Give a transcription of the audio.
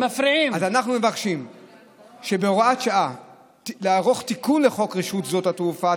אז אנחנו מבקשים בהוראת שעה לערוך תיקון לחוק רשות שדות התעופה,